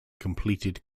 completed